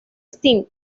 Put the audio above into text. sting